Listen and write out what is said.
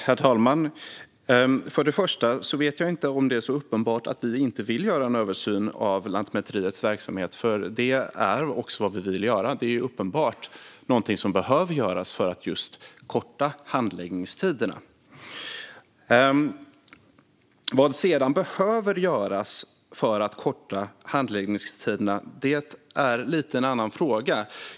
Herr talman! Först och främst vet jag inte om det är så uppenbart att Liberalerna inte vill göra en översyn av Lantmäteriets verksamhet. Det är vad vi vill göra. Det är uppenbart något som behöver göras för att korta handläggningstiderna. Vad som sedan behöver göras för att korta handläggningstiderna är lite en annan fråga.